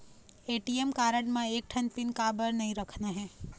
ATM card म एक ठन पिन काबर नई रखना हे?